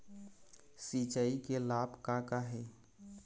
सिचाई के लाभ का का हे?